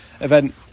event